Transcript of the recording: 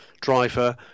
driver